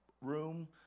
room